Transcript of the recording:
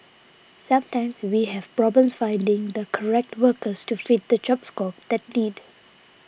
sometimes we have problems finding the correct workers to fit the job scope that need